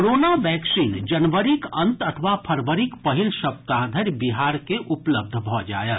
corona vaccine जनवरीक अंत अथवा फरवरीक पहिल सप्ताह धरि बिहार के उपलब्ध भऽ जायत